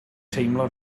teimlo